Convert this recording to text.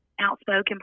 outspoken